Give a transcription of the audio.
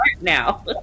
now